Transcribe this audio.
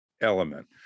element